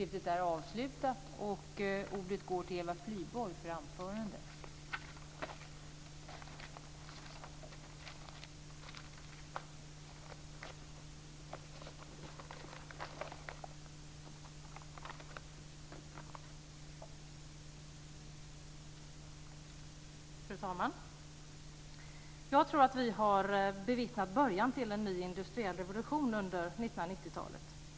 Fru talman! Jag tror att vi har bevittnat början till en ny industriell revolution under 1990-talet.